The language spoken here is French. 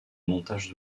montage